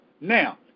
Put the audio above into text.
Now